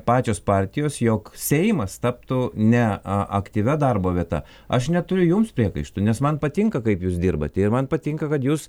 pačios partijos jog seimas taptų ne a aktyvia darbo vieta aš neturiu jums priekaištų nes man patinka kaip jūs dirbate ir man patinka kad jūs